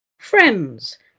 Friends